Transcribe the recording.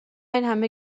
اینهمه